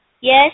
Yes